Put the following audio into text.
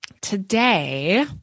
Today